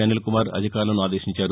అనిల్కుమార్ అధికారులను ఆదేశించారు